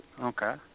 okay